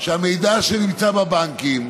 שהמידע שנמצא בבנקים